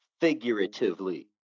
figuratively